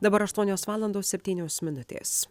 dabar aštuonios valandos septynios minutės